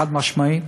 חד-משמעית.